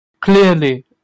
clearly